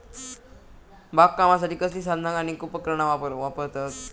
बागकामासाठी कसली साधना आणि उपकरणा वापरतत?